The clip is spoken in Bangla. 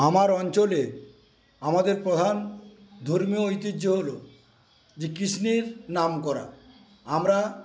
আমার অঞ্চলে আমাদের প্রধান ধর্মীয় ঐতিহ্য হলো যে কৃষ্ণের নাম করা আমরা